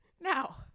Now